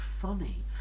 funny